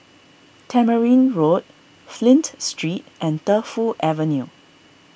Tamarind Road Flint Street and Defu Avenue